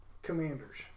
Commanders